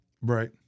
Right